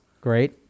Great